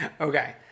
Okay